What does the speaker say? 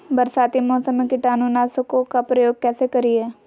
बरसाती मौसम में कीटाणु नाशक ओं का प्रयोग कैसे करिये?